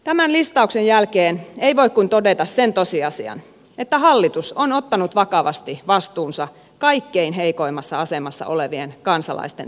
tämän listauksen jälkeen ei voi kuin todeta sen tosiasian että hallitus on ottanut vakavasti vastuunsa kaikkein heikoimmassa asemassa olevien kansalaisten tilanteesta